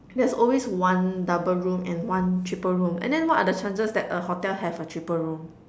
there's always one double room and one triple room and then what are the chances that a hotel have a triple room